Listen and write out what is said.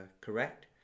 correct